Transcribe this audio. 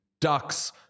Ducks